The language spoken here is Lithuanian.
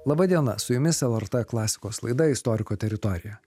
laba diena su jumis lrt klasikos laida istoriko teritorija